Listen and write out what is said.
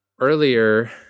earlier